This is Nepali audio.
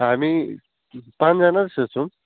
हामी पाँचजना जस्तो छौँ